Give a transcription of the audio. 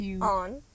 On